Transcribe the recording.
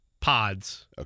pods